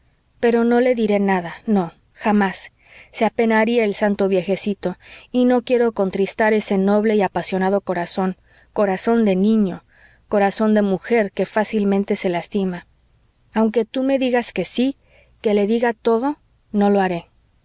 pero no le diré nada no jamás se apenaría el santo viejecito y no quiero contristar ese noble y apasionado corazón corazón de niño corazón de mujer que fácilmente se lastima aunque tú me digas que sí que le diga todo no lo haré